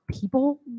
people